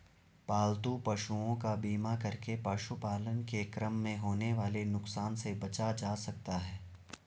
पालतू पशुओं का बीमा करके पशुपालन के क्रम में होने वाले नुकसान से बचा जा सकता है